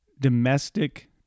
domestic